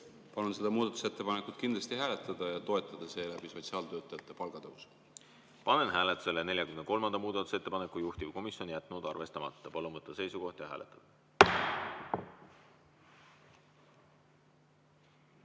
Palun seda muudatusettepanekut kindlasti hääletada ja toetada seeläbi sotsiaaltöötajate palga tõusu. Panen hääletusele 43. muudatusettepaneku. Juhtivkomisjon on jätnud arvestamata. Palun võtta seisukoht ja hääletada!